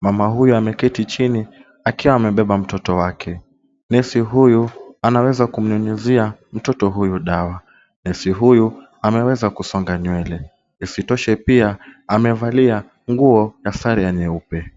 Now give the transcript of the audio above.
Mama huyu ameketi chini akiwa amebeba mtoto wake. Nesi huyu anaweza kumnyunyuzia mtoto huyu dawa. Nesi huyu ameweza kusonga nywele. Isitoshe pia amevalia nguo na sare ya nyeupe.